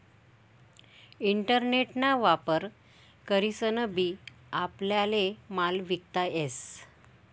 internet ना वापर करीसन बी आपल्याले माल विकता येस